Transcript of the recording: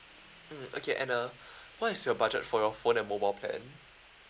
mm okay and uh what is your budget for your phone and mobile plan